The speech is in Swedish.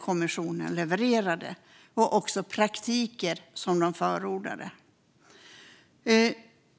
kommissionen levererade och också praktiker som den förordade.